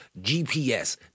GPS